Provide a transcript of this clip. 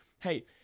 hey